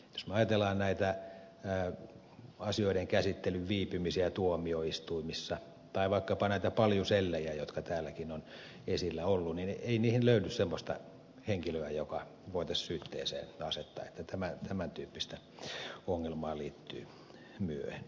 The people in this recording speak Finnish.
jos me ajattelemme näitä asioiden käsittelyjen viipymisiä tuomioistuimissa tai vaikkapa näitä paljusellejä jotka täälläkin ovat esillä olleet niin ei niihin löydy semmoista henkilöä joka voitaisiin syytteeseen asettaa eli tämän tyyppistä ongelmaa liittyy myös